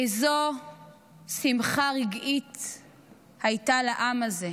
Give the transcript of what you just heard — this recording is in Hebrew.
איזו שמחה רגעית הייתה לעם הזה,